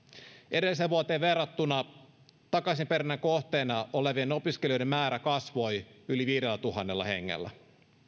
edelliseen vuoteen verrattuna takaisinperinnän kohteena olevien opiskelijoiden määrä kasvoi yli viidellätuhannella hengellä